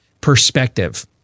perspective